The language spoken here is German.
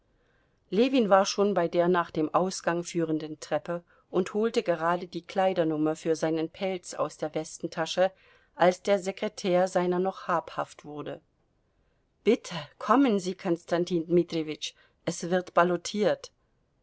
ljewin war schon bei der nach dem ausgang führenden treppe und holte gerade die kleidernummer für seinen pelz aus der westentasche als der sekretär seiner noch habhaft wurde bitte kommen sie konstantin dmitrijewitsch es wird ballotiert